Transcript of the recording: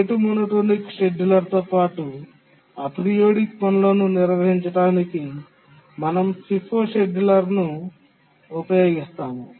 rate monotonic షెడ్యూలర్తో పాటు aperiodic పనులను నిర్వహించడానికి మనం FIFO షెడ్యూలర్ను ఉపయోగిస్తాము